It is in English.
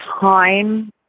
time